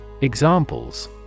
Examples